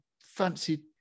fancy